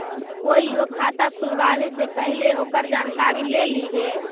कोईओ खाता खुलवावे से पहिले ओकर जानकारी ले लिहें